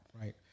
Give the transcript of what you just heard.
Right